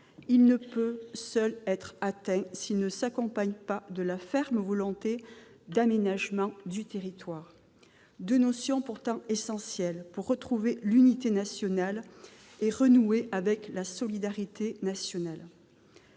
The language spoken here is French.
il ne peut être atteint s'il ne s'accompagne pas d'une ferme volonté d'aménager le territoire ; deux notions pourtant essentielles pour retrouver l'unité de notre pays et renouer avec la solidarité nationale.